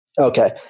Okay